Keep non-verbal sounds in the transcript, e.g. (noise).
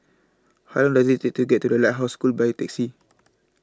How Long Does IT Take to get to The Lighthouse School By Taxi (noise)